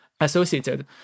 associated